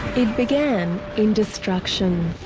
it began in destruction.